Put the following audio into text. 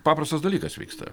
paprastas dalykas vyksta